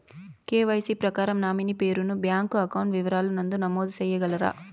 KYC ప్రకారం nominee పేరు ను బ్యాంకు అకౌంట్ వివరాల నందు నమోదు సేయగలరా?